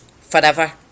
forever